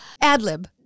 Ad-lib